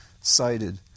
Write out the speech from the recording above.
cited